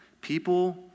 People